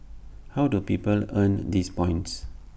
how do people earn these points